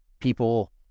people